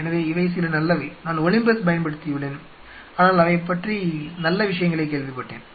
எனவே இவை சில நல்லவை நான் Olympus பயன்படுத்தியுள்ளேன் ஆனால் அதைப் பற்றி நல்ல விஷயங்களைக் கேள்விப்பட்டேன்